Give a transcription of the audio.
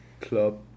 club